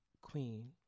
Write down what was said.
queen